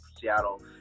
Seattle